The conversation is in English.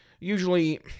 usually